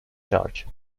charge